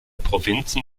provinzen